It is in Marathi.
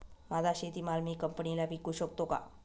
माझा शेतीमाल मी कंपनीला विकू शकतो का?